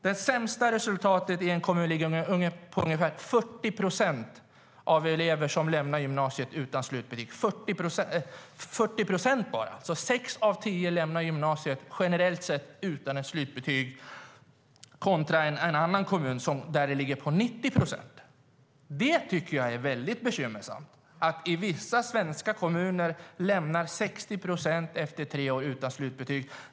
Det sämsta resultatet på kommunal nivå, fru talman, är att bara ungefär 40 procent av eleverna lämnar gymnasiet med slutbetyg. Sex av tio lämnar alltså generellt sett gymnasiet utan slutbetyg. I en annan kommun kan det ligga på 90 procent med slutbetyg. Jag tycker att det är väldigt bekymmersamt att 60 procent av eleverna i vissa svenska kommuner lämnar gymnasiet efter tre år utan slutbetyg.